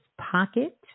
pocket